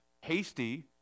hasty